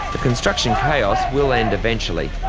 the construction chaos will end eventually,